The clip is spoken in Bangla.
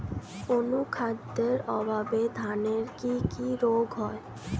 অনুখাদ্যের অভাবে ধানের কি কি রোগ হয়?